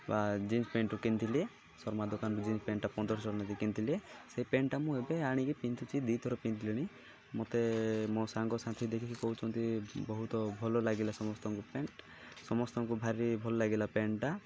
ବା ଜିନ୍ସ ପ୍ୟାଣ୍ଟ୍ରରୁ କିଣିଥିଲି ଶର୍ମା ଦୋକାନରୁ ଜିନ୍ସ ପ୍ୟାଣ୍ଟ୍ଟା ପନ୍ଦର ଶହ ନେଇେକି କିଣିିିଲଥିଲେ ସେ ପ୍ୟାଣ୍ଟ୍ଟା ମୁଁ ଏବେ ଆଣିକି ପିନ୍ଧୁଛି ଦୁଇ ଥର ପିନ୍ଧିଲିନି ମୋତେ ମୋ ସାଙ୍ଗ ସାାଥି ଦେଖିକି କହୁଛନ୍ତି ବହୁତ ଭଲ ଲାଗିଲା ସମସ୍ତଙ୍କ ପ୍ୟାଣ୍ଟ୍ ସମସ୍ତଙ୍କୁ ଭାରି ଭଲ ଲାଗିଲା ପ୍ୟାଣ୍ଟ୍ଟା